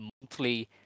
monthly